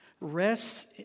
rests